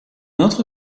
autre